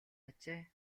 ажээ